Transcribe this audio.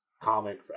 comic